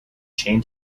chain